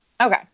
Okay